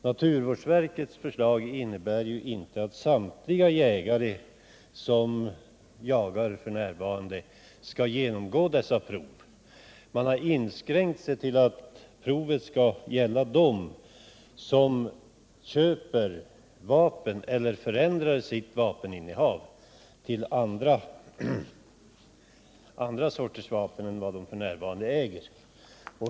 Naturvårdsverkets förslag innebär inte att samtliga jägare som jagar f. n. skall genomgå dessa prov. Man har inskränkt det till att provet skall gälla den som köper vapen eller förändrar sitt vapeninnehav till andra sorter än han f. n. äger.